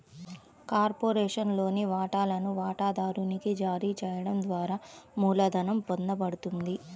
కార్పొరేషన్లోని వాటాలను వాటాదారునికి జారీ చేయడం ద్వారా మూలధనం పొందబడుతుంది